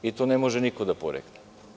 I to ne može niko da porekne.